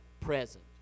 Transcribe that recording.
present